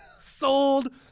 Sold